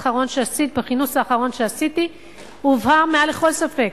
בכינוס האחרון שעשיתי הובהר מעל לכל ספק,